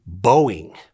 Boeing